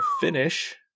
finish